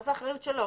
מה זה אחריות שלו?